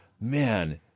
man